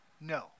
No